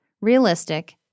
realistic